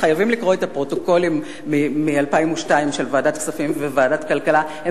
חייבים לקרוא את הפרוטוקולים של ועדת הכספים וועדת הכלכלה מ-2002,